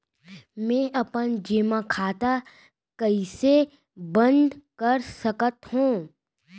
मै अपन जेमा खाता कइसे बन्द कर सकत हओं?